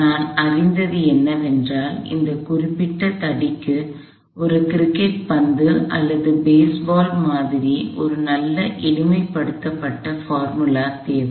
நான் அறிந்தது என்னவென்றால் இந்த குறிப்பிட்ட தடிக்கு ஒரு கிரிக்கெட் பந்து அல்லது பேஸ்பால் மாதிரி ஒரு நல்ல எளிமைப்படுத்தப்பட்ட ஃபார்முலா தேவை